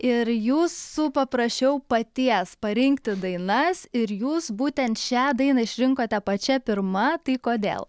ir jūsų paprašiau paties parinkti dainas ir jūs būtent šią dainą išrinkote pačia pirma tai kodėl